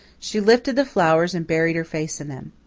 she lifted the flowers and buried her face in them.